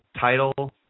title